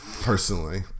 personally